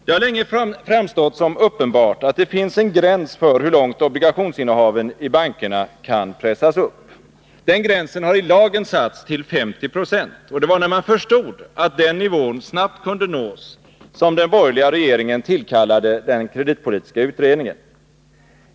Det har länge framstått som uppenbart att det finns en gräns för hur långt obligationsinnehaven i bankerna kan pressas upp. Den gränsen har i lagen satts till 50 20. Det var när man förstod att den nivån snabbt kunde nås som den borgerliga regeringen tillkallade den kreditpolitiska utredningen.